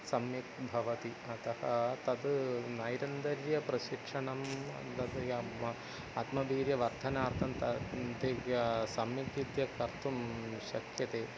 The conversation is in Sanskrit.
सम्यक् भवति अतः तत् दैनन्दिनप्रशिक्षणं आत्मवीर्यवर्धनार्थं त तेभ्यः सम्यक् रीत्या कर्तुं शक्यते